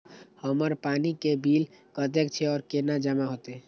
हमर पानी के बिल कतेक छे और केना जमा होते?